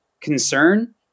concern